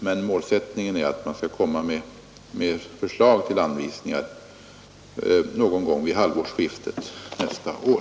Men målsättningen är att man skall komma med förslag till anvisningar någon gång vid halvårsskiftet nästa år.